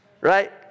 right